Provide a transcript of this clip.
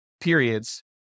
periods